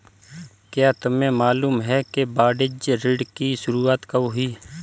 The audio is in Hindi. क्या तुम्हें मालूम है कि वाणिज्य ऋण की शुरुआत कब हुई?